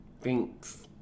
Thanks